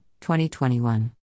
2021